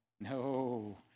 No